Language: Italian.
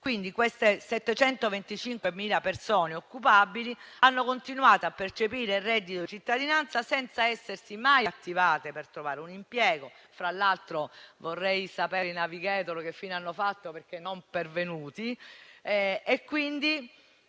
Queste 725.000 persone occupabili hanno continuato a percepire il reddito di cittadinanza senza essersi mai attivate per trovare un impiego. Fra l'altro, vorrei sapere che fine hanno fatto i navigator,